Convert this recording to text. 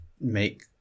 make